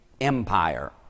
empire